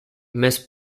més